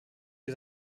die